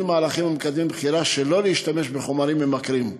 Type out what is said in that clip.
מהלכים ולקדם בחירה שלא להשתמש בחומרים ממכרים.